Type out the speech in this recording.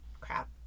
crap